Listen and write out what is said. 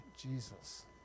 Jesus